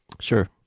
Sure